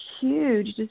huge